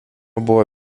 buvo